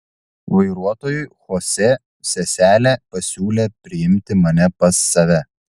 vairuotojui chosė seselė pasiūlė priimti mane pas save